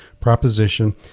proposition